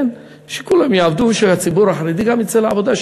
שכולם יעבדו, שהציבור החרדי גם יצא לעבודה.